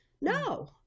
No